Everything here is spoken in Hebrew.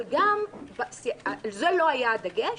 אבל לא על זה היה הדגש,